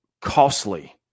costly